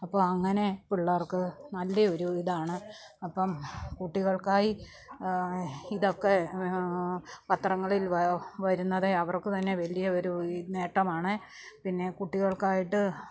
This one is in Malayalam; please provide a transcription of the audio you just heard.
അപ്പോൾ അങ്ങനെ പിള്ളേർക്ക് നല്ല ഒരു ഇതാണ് അപ്പം കുട്ടികൾക്കായി ഇതൊക്കെ പത്രങ്ങളിൽ വരുന്നതേ അവർക്ക് തന്നെ വലിയ ഒരു ഈ നേട്ടമാണ് പിന്നെ കുട്ടികൾക്കായിട്ട്